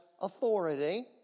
authority